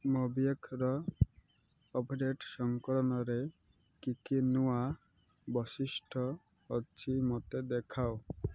ମୋବିଏକ୍ର update ସଂଙ୍କରଣରେ କି କି ନୂଆ ବୈଶିଷ୍ଠ୍ୟ ଅଛି ମୋତେ ଦେଖାଅ